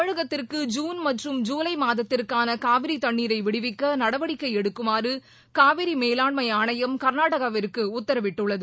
தமிழகத்திற்கு ஜுன் மற்றும் ஜூலை மாதத்திற்கான காவிரி தண்ணீரை விடுவிக்க நடவடிக்கை எடுக்குமாறு காவிரி மேலாண்மை ஆணையம் கர்நாடனவிற்கு உத்தரவிட்டுள்ளது